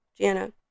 Gianna